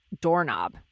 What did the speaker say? doorknob